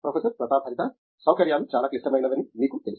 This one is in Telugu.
ప్రొఫెసర్ ప్రతాప్ హరిదాస్ సౌకర్యాలు చాలా క్లిష్టమైనవని మీకు తెలుసు